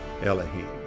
Elohim